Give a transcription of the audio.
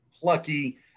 plucky